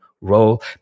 role